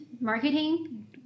marketing